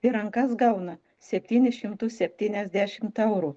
į rankas gauna septynis šimtus septyniasdešimt eurų